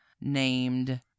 named